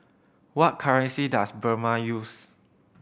what currency does Burma use